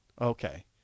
Okay